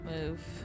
move